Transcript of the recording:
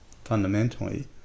fundamentally